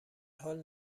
حال